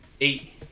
Eight